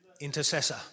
Intercessor